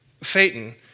Satan